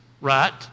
right